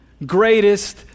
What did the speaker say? Greatest